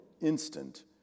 instant